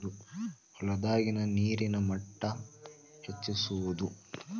ಹೊಲದಾಗಿನ ನೇರಿನ ಮಟ್ಟಾ ಹೆಚ್ಚಿಸುವದು